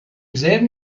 selben